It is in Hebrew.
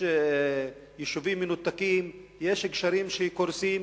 יישובים מנותקים, גשרים שקורסים